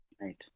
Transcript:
Right